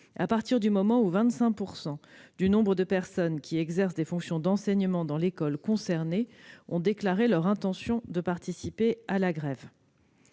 à partir du moment où 25 % du nombre de personnes qui exercent des fonctions d'enseignement dans l'école concernée ont déclaré leur intention de participer à la grève.